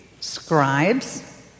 scribes